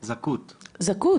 זכות,